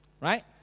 right